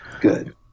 Good